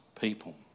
people